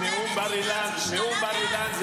עמית, נאום בר-אילן זה